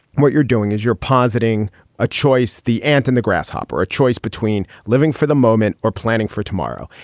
what you're doing is you're positing a choice, the anthem, the grasshopper, a choice between living for the moment or planning for tomorrow.